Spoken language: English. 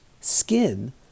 skin